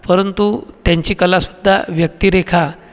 परंतु त्यांची कला सुद्धा व्यक्तिरेखा